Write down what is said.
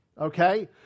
okay